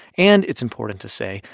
and, it's important to say,